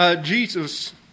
Jesus